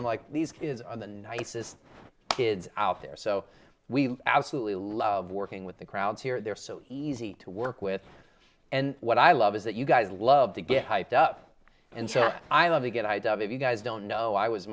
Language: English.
don't like these kids are the nicest kids out there so we absolutely love working with the crowds here they're so easy to work with and what i love is that you guys love to get hyped up and sure i love a good idea of if you guys don't know i was